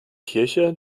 kirche